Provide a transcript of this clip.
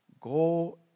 Go